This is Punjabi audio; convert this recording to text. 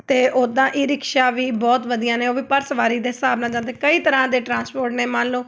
ਅਤੇ ਉੱਦਾਂ ਈ ਰਿਕਸ਼ਾ ਵੀ ਬਹੁਤ ਵਧੀਆ ਨੇ ਉਹ ਵੀ ਪਰ ਸਵਾਰੀ ਦੇ ਹਿਸਾਬ ਨਾਲ ਜਾਂਦੇ ਕਈ ਤਰ੍ਹਾਂ ਦੇ ਟਰਾਂਸਪੋਰਟ ਨੇ ਮੰਨ ਲਓ